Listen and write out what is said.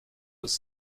was